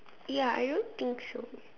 ya I don't think so